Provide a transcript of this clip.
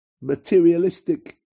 materialistic